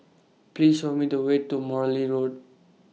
Please Show Me The Way to Morley Road